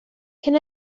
can